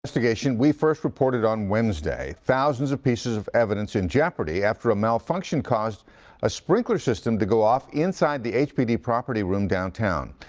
investigation we first reported on wednesday, thousands of pieces of evidence in jeopardy after a malfunction caused a sprinkler system to go off inside the h p d. property room downtown.